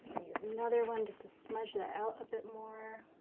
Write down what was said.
use another one just to smudge that out a bit more.